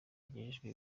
ajejwe